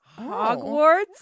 Hogwarts